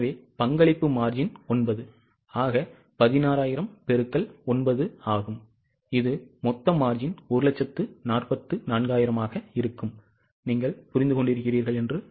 எனவே பங்களிப்பு margin 9 ஆக 16000 X 9 ஆகும் இது மொத்த margin 144000 ஆக இருக்கும் நீங்கள் புரிந்து கொண்டிருக்கிறீர்களா